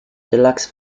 deluxe